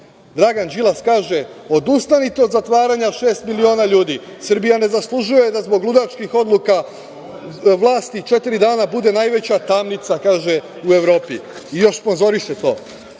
Đilas kaže: „Odustanite od zatvaranja šest miliona ljudi. Srbija ne zaslužuje da zbog ludačkih odluka na vlasti četiri dana bude najveća tamnica u Evropi“ i još sponzoriše to.